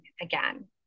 again